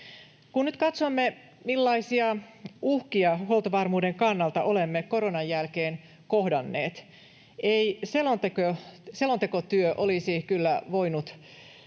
Kun nyt katsomme, millaisia uhkia huoltovarmuuden kannalta olemme koronan jälkeen kohdanneet, ei selontekotyö olisi kyllä voinut